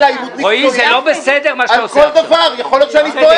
לאיים על נציב שירות המדינה,